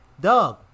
Doug